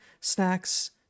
snacks